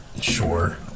Sure